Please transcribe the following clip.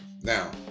Now